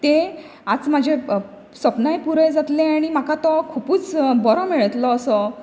ते आज म्हाजें अ सपनाय पुराय जातलें आनी म्हाका तो खुपूच अ बरो मेळटलो असो